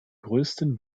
größten